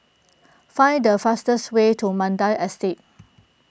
find the fastest way to Mandai Estate